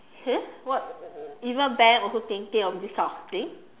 !huh! what even Ben also thinking of this kind of thing